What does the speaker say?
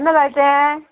केन्ना जाय तें